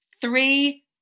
three